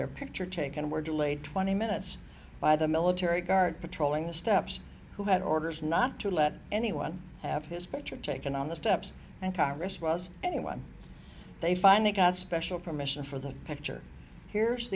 their picture taken were delayed twenty minutes by the military guard patrolling the steps who had orders not to let anyone have his picture taken on the steps and congress was anyone they finally got special permission for the picture here's